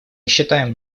считаем